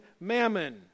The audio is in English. mammon